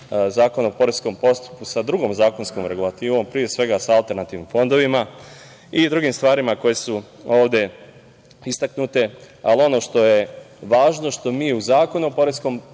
Zakon o poreskom postupku sa drugom zakonskom regulativom, pre svega sa alternativnim fondovima i drugim stvarima koje su ovde istaknute, ali ono što je važno, što mi u Zakon o poreskom postupku